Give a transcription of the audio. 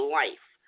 life